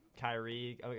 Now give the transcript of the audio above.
Kyrie